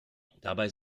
dabei